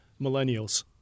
Millennials